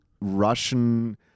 Russian